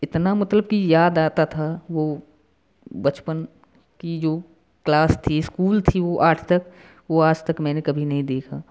इतना मतलब कि याद आता था वो बचपन की जो क्लास थी स्कूल थी वो आठ तक वो आज तक मैंने कभी नहीं देखा